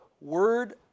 Word